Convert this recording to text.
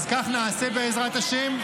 אז כך נעשה, בעזרת השם.